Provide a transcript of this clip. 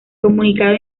comunicado